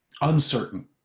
uncertain